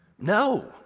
No